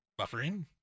buffering